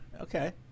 Okay